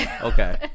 Okay